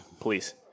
Please